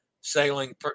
sailing